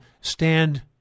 stand